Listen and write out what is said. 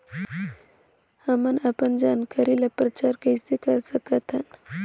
हमन अपन जानकारी ल प्रचार कइसे कर सकथन?